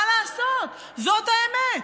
מה לעשות, זאת האמת.